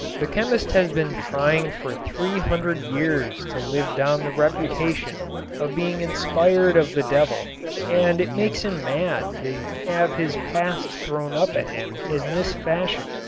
the chemist has been trying for three hundred years to live down the reputation of being inspired of the devil and it makes him mad to have his past thrown up at him in this fashion.